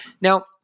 Now